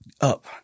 up